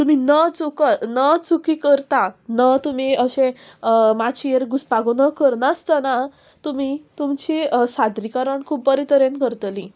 तुमी न चूक न चुकी करता न तुमी अशें माचेर घुसपागोंदळ करनासतना तुमी तुमची सादरीकरण खूब बरे तरेन करतलीं